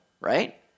right